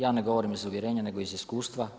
Ja ne govorim iz uvjerenja nego iz iskustva.